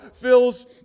fills